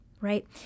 Right